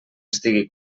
estigui